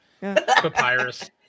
Papyrus